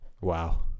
Wow